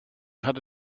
had